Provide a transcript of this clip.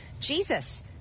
Jesus